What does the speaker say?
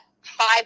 five